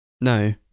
No